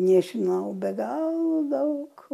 nežinau be galo daug